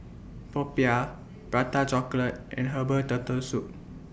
Popiah Prata Chocolate and Herbal Turtle Soup